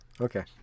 okay